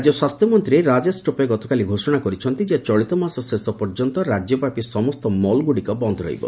ରାଜ୍ୟ ସ୍ୱାସ୍ଥ୍ୟମନ୍ତ୍ରୀ ରାଜେଶ ଟୋପେ ଗତକାଲି ଘୋଷଣା କରିଛନ୍ତି ଚଳିତମାସ ଶେଷ ପର୍ଯ୍ୟନ୍ତ ରାଜ୍ୟବ୍ୟାପୀ ସମସ୍ତ ମଲ୍ଗୁଡ଼ିକ ବନ୍ଦ ରହିବ